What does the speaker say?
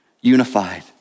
unified